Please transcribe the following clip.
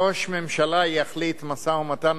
ראש הממשלה יחליט משא-ומתן,